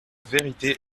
vérité